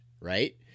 right